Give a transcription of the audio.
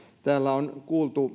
täällä on kuultu